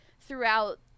throughout